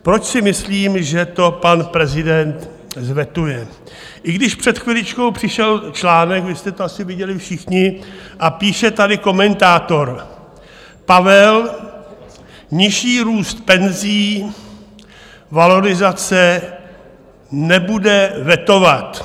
Proč si myslím, že to pan prezident vetuje, i když před chviličkou přišel článek, vy jste to asi viděli všichni, a píše tady komentátor: Pavel nižší růst penzí, valorizace nebude vetovat.